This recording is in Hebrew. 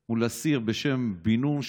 משפט מול אסיר בשם בן נון,